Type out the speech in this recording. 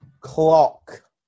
Clock